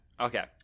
Okay